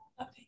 Okay